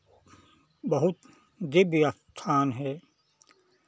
बहुत दिव्य स्थान है